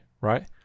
right